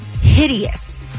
hideous